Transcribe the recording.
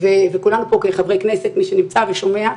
וכולנו פה כחברי כנסת, מי שנמצא ושומע,